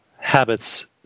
habits